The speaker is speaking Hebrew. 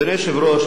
אדוני היושב-ראש,